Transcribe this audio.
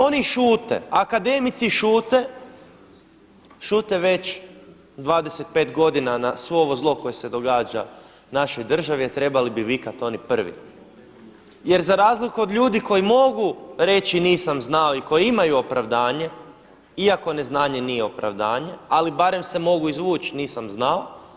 Oni šute, akademici šute, šute već 25 godina na svo ovo zlo koje se događa našoj državi a trebali bi vikati oni prvi jer za razliku od ljudi koji mogu reći nisam znao i koji imamu opravdanje iako neznanje nije opravdanje ali barem se mogu izvući nisam znao.